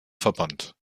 verbannt